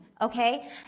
Okay